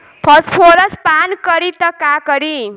Phosphorus पान करी त का करी?